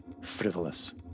frivolous